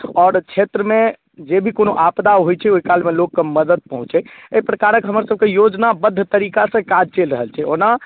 आओर क्षेत्रमे जे भी कोनो आपदा होइत छै ओहिकालमे लोककेँ मदद पहुँचै एहि प्रकारक हमरसभके योजनाबद्ध तरीकासँ काज चलि रहल छै ओना